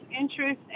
interest